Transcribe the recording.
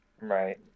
Right